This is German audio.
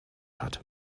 hat